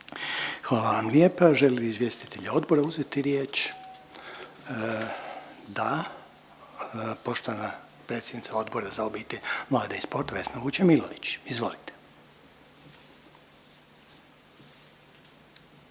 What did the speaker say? Hvala vam lijepa. Žele li izvjestitelji odbora uzeti riječ? Da, poštovana predsjednica Odbora za obitelj, mlade i sport Vesna Vučemilović, izvolite.